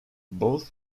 both